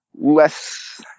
Less